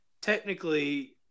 technically